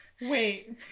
Wait